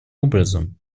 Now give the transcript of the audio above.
образом